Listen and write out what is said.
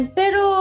pero